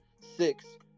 six